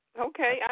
Okay